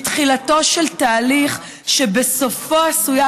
היא תחילתו של תהליך שבסופו עשויה